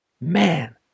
man